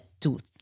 tooth